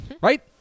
Right